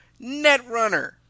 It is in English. Netrunner